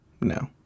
No